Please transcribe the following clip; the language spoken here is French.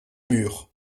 murs